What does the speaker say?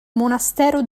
monastero